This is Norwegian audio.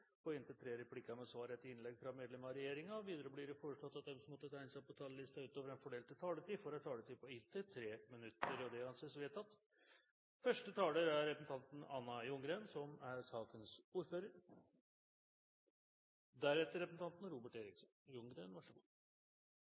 på inntil tre replikker med svar etter innlegg fra medlem av regjeringen innenfor den fordelte taletid. Videre blir det foreslått at de som måtte tegne seg på talerlisten utover den fordelte taletid, får en taletid på inntil 3 minutter. – Det anses vedtatt. Det er ein aktuell og relevant debatt representanten